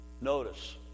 Notice